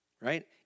Right